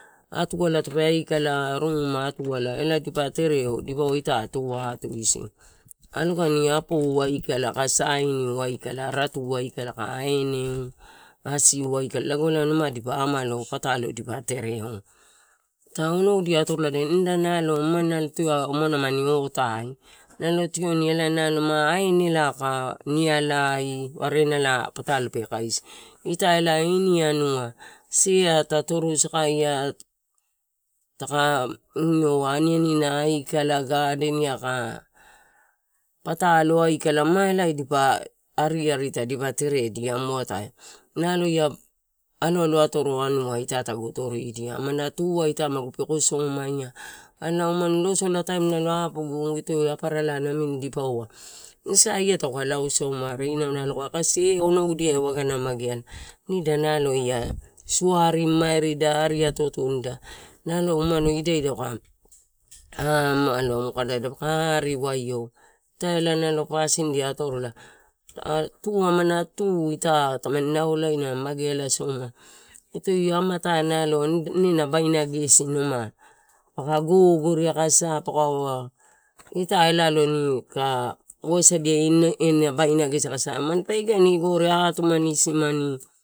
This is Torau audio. Atu ala tape aikala elae dipa tereo, elae dipaua ita tuu atuisiu. Alogani apo aikala aka sainiu aikala ratuu aikala, aka aineu, asiu uma elae ma dipa amalo patalo dipa tereo, ita onoudia atorola, nida umado aman otai nalo tioni elae ma ainelai, aka nialai, uarenalai ma pataio pe kaisi, ita elae ini anua sea ta torusakaia, ioua anianina aikala gadeniai aka patalo aikala ma elae dipa ariarita dipa tere dia mu atai nalo ia aloalo atoro anua eta tagu toridia, amana tu aia ita magu pekosomaia alea umano losola taim apogu ito aparala namini dipaua ine saiai tauka iausauma, are inau nalo kaua edi onoudia wagana mageala, nida nalo ia sua arimamairida ari tu atunida nalo unado idai dapaka amaloa mukada, dapa ariwaio ita ania pasindia atorola. Amana u ita tamani naulaina mageala soma itoi amatai ine na baina gesi numa paka gogore aka sapakaua. Ita aloni ka uasadia ine na baina gesi, akasa mampa idani gore atumani isimani.